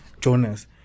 Jonas